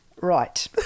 Right